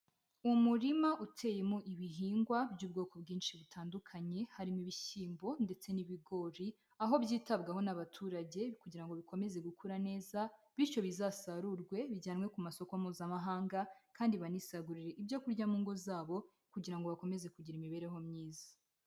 Umurima uteyemo ibihingwa by'ubwoko bwinshi butandukanye harimo ibishyimbo ndetse n'ibigori, aho byitabwaho n'abaturage kugira ngo bikomeze gukura neza, bityo bizasarurwe bijyanwe ku masoko mpuzamahanga kandi banisagurire ibyo kurya mu ngo zabo kugira ngo bakomeze kugira imibereho myiza.